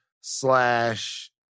slash